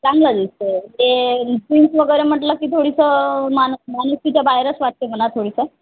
चांगलं दिसत आहे ते पिंट वगैरे म्हटलं की थोडीसं मान मानसीच्या बाहेरस वाटते म्हणा थोडंसं